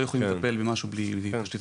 לא יכולים לטפל במשהו בלי שיפתח תיק.